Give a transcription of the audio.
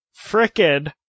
frickin